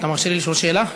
אתה מרשה לי לשאול שאלה כיו"ר?